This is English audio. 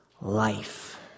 life